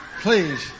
please